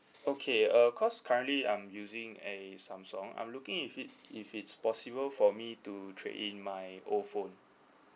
okay uh cause currently I'm using a Samsung I'm looking if it if it's possible for me to trade in my old phone